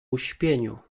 uśpieniu